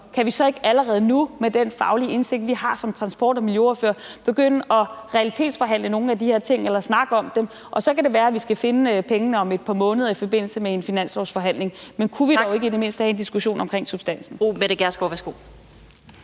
Kan vi så ikke allerede nu med den faglige indsigt, som vi har som miljøordførere, begynde at realitetsforhandle nogle af de her ting eller snakke om dem? Og så kan det være, at vi skal finde pengene om et par måneder i forbindelse med en finanslovsforhandling, men kunne vi dog i det mindste ikke have en diskussion omkring substansen?